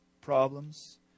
problems